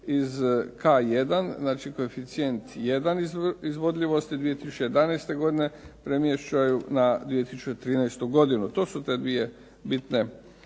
iz K1, znači koeficijent 1 izvodljivosti 2011. godine premješćaju na 2013. godinu. To su te dvije bitne